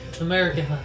American